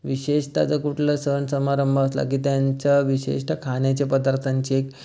विशेषतः जर कुठला सणसमारंभ असला की त्यांच्या विशिष्ट खाण्याच्या पदार्थांची एक